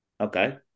Okay